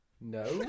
No